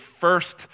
first